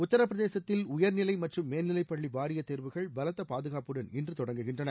உத்தரப்பிரதேசத்தில் உயர்நிலை மற்றும் மேல்நிலைப்பள்ளி வாரியத் தேர்வுகள் பலத்த பாதுகாப்புடன் இன்று தொடங்குகின்றன